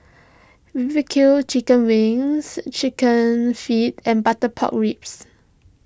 V V Q Chicken Wings Chicken Feet and Butter Pork Ribs